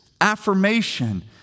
affirmation